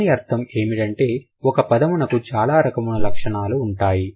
దాని అర్థం ఏమిటంటే ఒక పదమునకు చాలా రకముల లక్షణములు ఉంటాయి